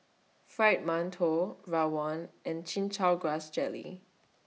Fried mantou Rawon and Chin Chow Grass Jelly